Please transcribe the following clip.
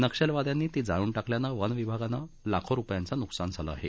नक्षलवाद्यांनी ती जाळून टाकल्यानं वन विभागाचं लाखो रुपयांचं नुकसान झालं आहे